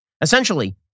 Essentially